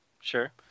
sure